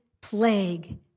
plague